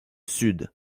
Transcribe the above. sud